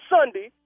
Sunday